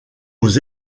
aux